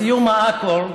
בסיום האקורד,